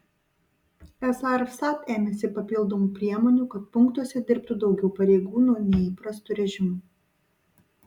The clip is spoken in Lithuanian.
esą ir vsat ėmėsi papildomų priemonių kad punktuose dirbtų daugiau pareigūnų nei įprastu režimu